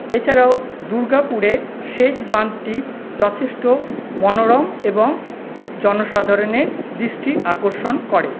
এছাড়াও দুর্গাপুরের সেচ বাঁধটি যথেষ্ট মনোরম এবং জনসাধারণের দৃষ্টি আকর্ষণ করে